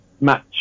match